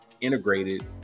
integrated